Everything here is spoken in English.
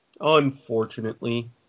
Unfortunately